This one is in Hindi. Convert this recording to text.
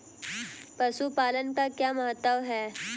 पशुपालन का क्या महत्व है?